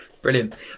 Brilliant